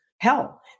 Hell